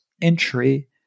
entry